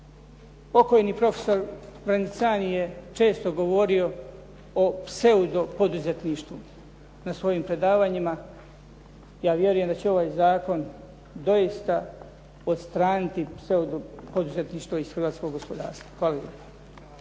se ne razumije./ … je često govorio o pseudo poduzetništvu na svojim predavanjima. Ja vjerujem da će ovaj zakon doista odstraniti pseudo poduzetništvo iz hrvatskog gospodarstva. Hvala